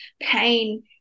pain